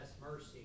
mercy